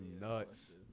nuts